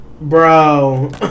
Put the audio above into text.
Bro